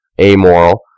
amoral